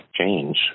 Change